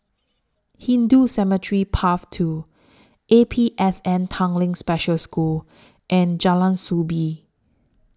Hindu Cemetery Path two A P S N Tanglin Special School and Jalan Soo Bee